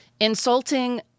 insulting